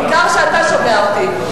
גם שאתה שומע אותי.